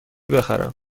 بخرم